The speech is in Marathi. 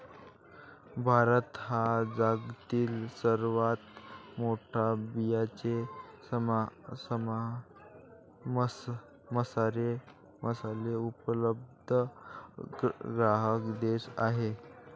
भारत हा जगातील सर्वात मोठा बियांचे मसाले उत्पादक ग्राहक देश आहे